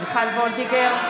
מיכל וולדיגר,